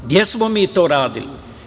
Gde smo mi to radili?